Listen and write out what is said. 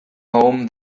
home